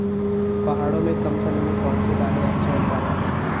पहाड़ों में कम समय में कौन सी दालें अच्छा उत्पादन देंगी?